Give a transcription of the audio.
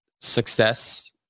success